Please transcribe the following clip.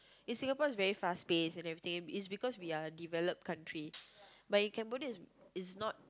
in Singapore is very fast paced and everything is because we are a developed country but in Cambodia is is not